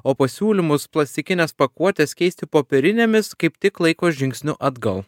o pasiūlymus plastikines pakuotes keisti popierinėmis kaip tik laiko žingsniu atgal